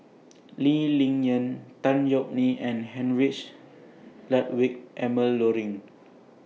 Lee Ling Yen Tan Yeok Nee and Heinrich Ludwig Emil Luering